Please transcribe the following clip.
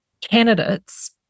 candidates